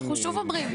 אנחנו שוב אומרים,